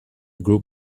group